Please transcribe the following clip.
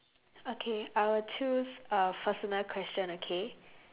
okay I will choose a personal question okay